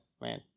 man